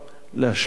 להשלים אותו.